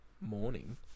morning